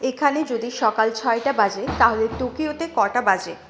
এখানে যদি সকাল ছয়টা বাজে তাহলে টোকিওতে কটা বাজে